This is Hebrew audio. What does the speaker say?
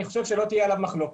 ואני חושב שלא תהיה עליו מחלוקת.